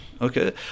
Okay